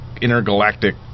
intergalactic